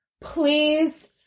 please